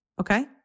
Okay